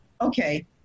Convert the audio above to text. Okay